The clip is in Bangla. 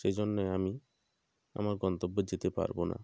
সেইজন্য আমি আমার গন্তব্যে যেতে পারব না